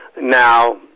now